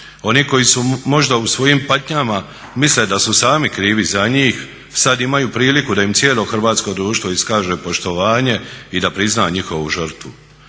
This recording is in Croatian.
oni koji su možda u svojim patnjama misle da su sami krivi za njih sad imaju priliku da im cijelo hrvatsko društvo iskaže poštovanje i da prizna njihovu žrtvu,